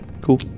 cool